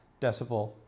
decibel